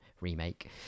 Remake